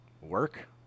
work